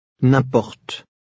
N'importe